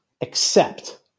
accept